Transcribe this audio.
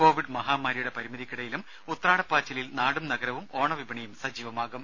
Covid മഹാമാരിയുടെ പരിമിതിക്കിടയിലും ഉത്രാടപ്പാച്ചിലിൽ നാടും നഗരവും ഓണവിപണിയും സജീവമാകും